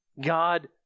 God